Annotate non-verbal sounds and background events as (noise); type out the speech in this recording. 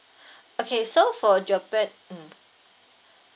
(breath) okay so for japan mm